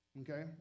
Okay